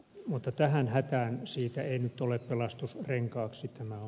mutta tähän hätään siitä ei nyt ole pelastusrenkaaksi